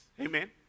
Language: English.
Amen